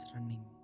running